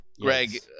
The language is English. Greg